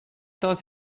thought